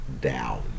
down